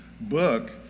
book